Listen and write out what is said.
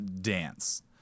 dance